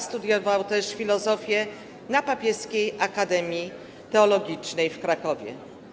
Studiował też filozofię na Papieskiej Akademii Teologicznej w Krakowie.